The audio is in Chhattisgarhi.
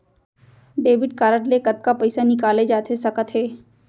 डेबिट कारड ले कतका पइसा निकाले जाथे सकत हे?